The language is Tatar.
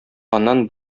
аннан